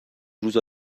روزا